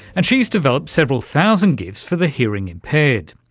and she's developed several thousand gifs for the hearing impaired.